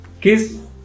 kiss